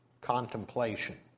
contemplation